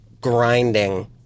grinding